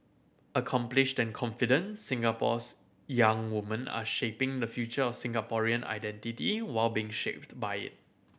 accomplished and confident Singapore's young woman are shaping the future of Singaporean identity while being shaped by it